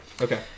Okay